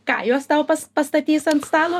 ką jos tau pas pastatys ant stalo